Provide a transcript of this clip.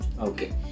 Okay